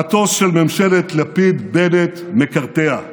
המטוס של ממשלת לפיד-בנט מקרטע,